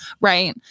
right